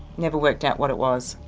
never worked out what it was?